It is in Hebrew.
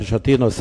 זה נקרא צמיחה.